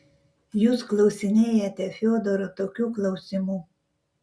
jūs klausinėjate fiodoro tokių klausimų